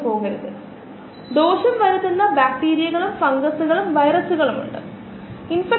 വേറിട്ട ഒരു ഉദാഹരണം എടുത്താൽ 50 മീറ്റർ വ്യാസമുള്ള ഒന്ന് നമുക്ക് സങ്കൽപ്പിക്കാൻ കഴിയാത്ത ഒന്ന് ആണെന്ന് അറിയാമോ